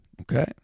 okay